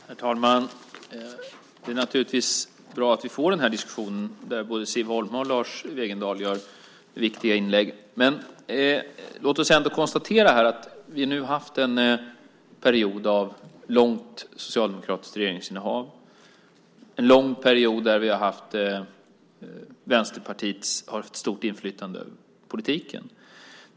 Herr talman! Det är naturligtvis bra att vi får den här diskussionen där både Siv Holma och Lars Wegendal har viktiga inlägg. Men låt oss ändå här konstatera att vi nu å ena sidan haft en period av ett långt socialdemokratiskt regeringsinnehav, en lång period då Vänsterpartiet har haft ett stort inflytande över politiken.